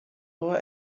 our